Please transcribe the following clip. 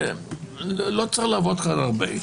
לא צריך לעבוד הרבה.